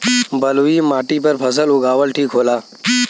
बलुई माटी पर फसल उगावल ठीक होला?